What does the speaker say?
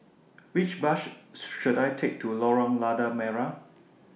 Which Bus should I Take to Lorong Lada Merah